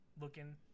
looking